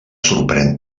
sorprèn